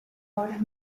obras